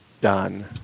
done